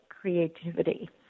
creativity